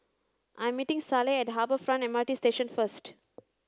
I'm meeting Selah at Harbour Front M R T Station first